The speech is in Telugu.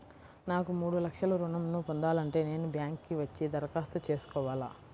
నాకు మూడు లక్షలు ఋణం ను పొందాలంటే నేను బ్యాంక్కి వచ్చి దరఖాస్తు చేసుకోవాలా?